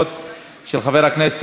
חבר הכנסת דב חנין,